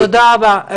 תודה רבה.